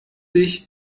sich